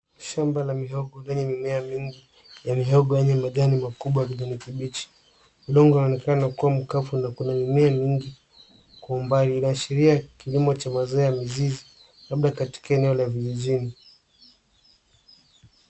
Shamba la mihogo lenye mimea nyingi ya mihogo yenye matawi makubwa ya kijani kibichi. Udongo unaonekana kuwa mkavu na kuna mimea nyingi kwa umbali. Inaashiria kilimo cha mazao ya mizizi labda katika eneo la vijijini.